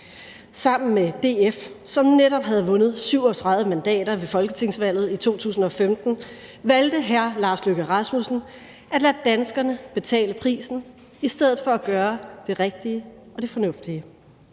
Sammen med DF, som netop havde vundet 37 mandater ved folketingsvalget i 2015, valgte hr. Lars Løkke Rasmussen at lade danskerne betale prisen i stedet for at gøre det rigtige og det fornuftige: